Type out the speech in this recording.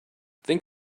think